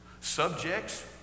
Subjects